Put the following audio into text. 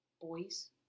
boys